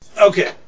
Okay